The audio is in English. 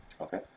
Okay